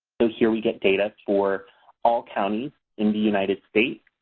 so here we get data for all counties in the united states.